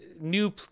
new